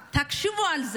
תחשבו על זה.